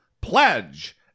pledge